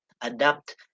adapt